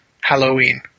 Halloween